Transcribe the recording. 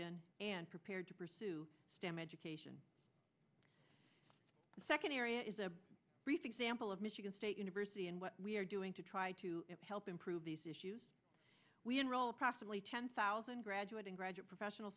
in and prepared to pursue stem education the second area is a brief example of michigan state university and what we are doing to try to help improve these issues we enroll approximately ten thousand graduate in graduate professional